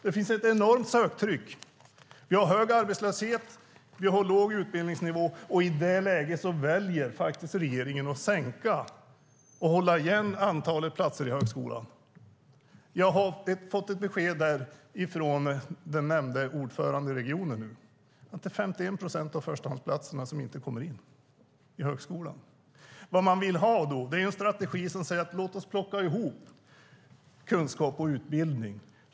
Det finns ett enormt söktryck. Vi har hög arbetslöshet, och vi har låg utbildningsnivå. I detta läge väljer regeringen att minska och hålla igen på antalet platser i högskolan. Jag har fått ett besked från den nämnde ordföranden i regionen: Det är 51 procent som inte kommer in på sina förstahandsplatser i högskolan. Vad man vill ha är en strategi där man säger: Låt oss plocka ihop kunskap och utbildning.